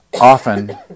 often